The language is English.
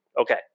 okay